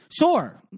Sure